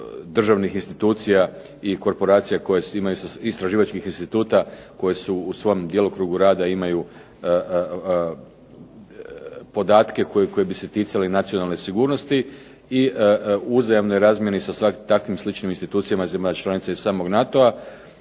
državnih institucija i korporacija koje imaju, istraživačkih instituta koje su u svom djelokrugu rada imaju podatke koji bi se ticali nacionalne sigurnosti. I uzajamnoj razmjeni sa takvim sličnim institucijama i zemljama članicama i samog NATO-a.